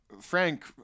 Frank